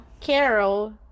Carol